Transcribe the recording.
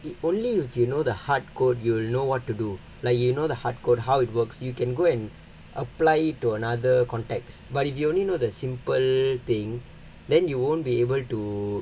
it only if you know the hard code you'll know what to do like you know the hard code how it works you can go and apply it to another context but if you only know the simple thing then you won't be able to